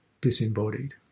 disembodied